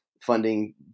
funding